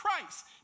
Christ